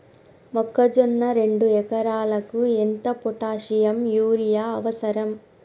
మొక్కజొన్న రెండు ఎకరాలకు ఎంత పొటాషియం యూరియా అవసరం?